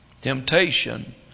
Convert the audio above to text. Temptation